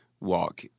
walk